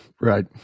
Right